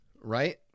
right